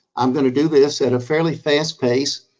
i'm gonna do this at a fairly fast pace.